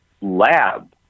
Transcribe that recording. lab